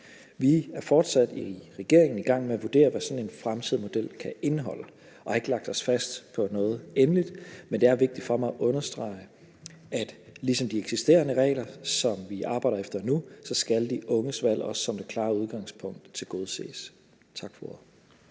Vi er fortsat i regeringen i gang med at vurdere, hvad sådan en fremtidig model kan indeholde, og har ikke lagt os fast på noget endeligt, men det er vigtigt for mig at understrege, at ligesom i de eksisterende regler, som vi arbejder efter nu, skal de unges valg også som det klare udgangspunkt tilgodeses. Tak for